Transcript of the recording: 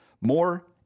More